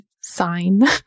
sign